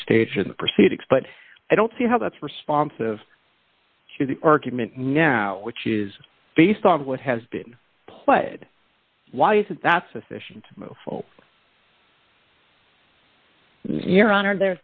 stage in the proceedings but i don't see how that's responsive to the argument now which is based on what has been played why is that sufficient for your honor the